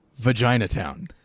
Vaginatown